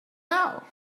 now